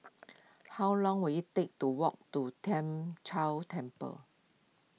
how long will it take to walk to Tien Chor Temple